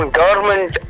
government